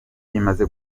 imaze